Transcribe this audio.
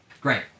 Great